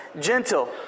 gentle